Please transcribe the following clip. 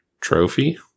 Trophy